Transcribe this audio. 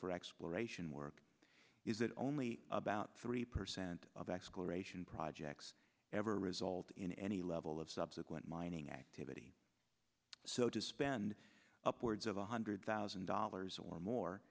for exploration work is that only about three percent of exploration projects ever result in any level of subsequent mining activity so to spend upwards of one hundred thousand dollars or more